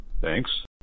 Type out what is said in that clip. Thanks